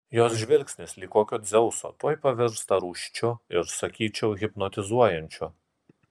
jos žvilgsnis lyg kokio dzeuso tuoj pavirsta rūsčiu ir sakyčiau hipnotizuojančiu